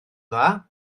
dda